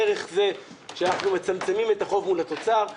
דרך זה שאנחנו מצמצמים את החוב מול התוצר.